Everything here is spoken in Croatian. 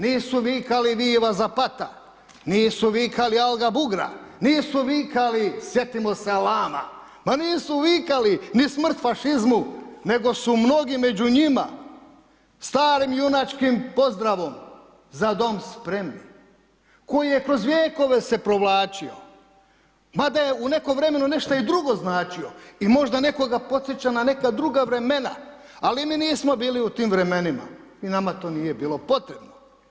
Nisu vikali viva zapata, nisu vikali alga bugra, nisu vikali setimo se alama, ma nisu vikali ni smrt fašizmu, nego su mnogi među njima starim junačkim pozdravom „ Za dom spremni“ koji je kroz vjekove se provlačio, mada je u nekom vremenu i nešto drugo značio i možda nekoga podsjeća na neka druga vremena, ali mi nismo bili u tim vremenima i nama to nije bilo potrebno.